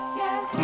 yes